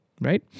Right